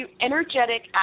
energetic